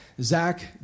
Zach